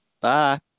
Bye